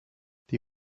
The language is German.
die